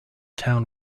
town